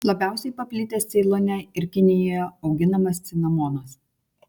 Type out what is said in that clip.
labiausiai paplitęs ceilone ir kinijoje auginamas cinamonas